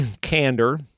candor